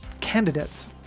candidates